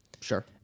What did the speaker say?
Sure